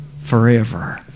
forever